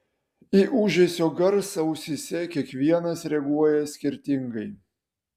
į ūžesio garsą ausyse kiekvienas reaguoja skirtingai